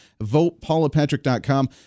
votepaulapatrick.com